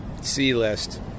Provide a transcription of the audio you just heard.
C-list